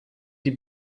die